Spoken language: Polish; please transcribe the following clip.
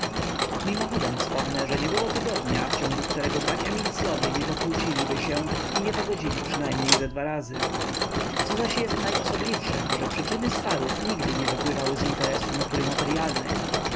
franca mimochodem wspomnę że nie było tygodnia w ciągu którego bracia minclowie nie pokłóciliby się i nie pogodzili przynajmniej ze dwa razy co zaś jest najosobliwszem że przyczyny swarów nigdy nie wypływały z interesu natury materyalnej